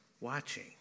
watching